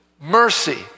mercy